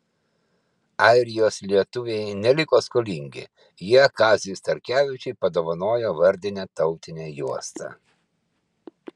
airijos lietuviai neliko skolingi jie kaziui starkevičiui padovanojo vardinę tautinę juostą